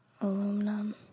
Aluminum